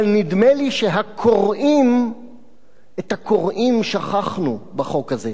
אבל נדמה לי שאת הקוראים שכחנו בחוק הזה.